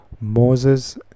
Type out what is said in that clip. Moses